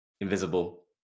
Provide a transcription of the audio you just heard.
Invisible